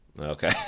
Okay